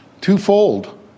Twofold